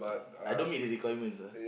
oh I don't meet the requirements ah